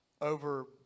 over